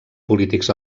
polítics